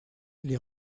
les